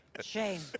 Shame